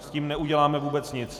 S tím neuděláme vůbec nic.